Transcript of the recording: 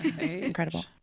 Incredible